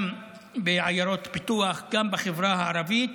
גם בעיירות פיתוח, גם בחברה הערבית,